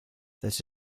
this